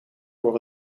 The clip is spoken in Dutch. voor